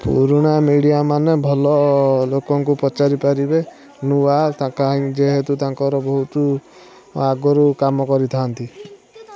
ପୁରୁଣା ମିଡ଼ିଆମାନେ ଭଲ ଲୋକଙ୍କୁ ପଚାରିପାରିବେ ନୂଆ ତାଙ୍କ ଯେହେତୁ ତାଙ୍କର ବହୁତ ଆଗରୁ କାମ କରିଥାନ୍ତି